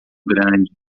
grande